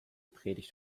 predigt